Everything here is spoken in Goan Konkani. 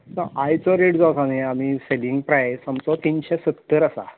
आयचो रेट जो आसा न्ही आमी सेलींग प्रायस आमचो तिनशें सत्तर आसा